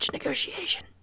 negotiation